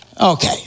Okay